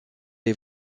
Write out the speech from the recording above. les